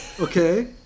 okay